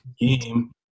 game